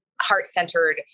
heart-centered